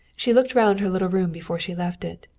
she looked round her little room before she left it.